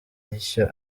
ishyo